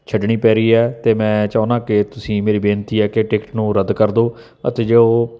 ਛੱਡਣੀ ਪੈ ਰਹੀ ਹੈ ਅਤੇ ਮੈਂ ਚਾਹੁੰਦਾ ਕਿ ਤੁਸੀਂ ਮੇਰੀ ਬੇਨਤੀ ਹੈ ਕਿ ਟਿਕਟ ਨੂੰ ਰੱਦ ਕਰ ਦਿਓ ਅਤੇ ਜੋ